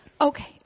Okay